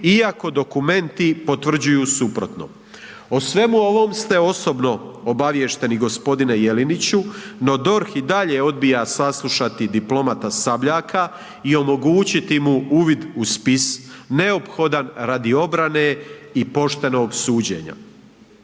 iako dokumenti potvrđuju suprotno. O svemu ovom ste osobno obaviješteni gospodine Jeleniću no DORH i dalje odbija saslušati diplomata Sabljaka i omogućiti mu uvid u spis neophodan radi obrane i poštenog suđenja.